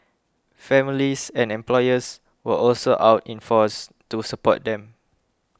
families and employers were also out in force to support them